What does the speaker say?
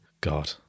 God